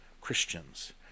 Christians